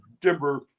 Denver